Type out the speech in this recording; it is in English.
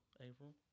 April